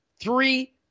three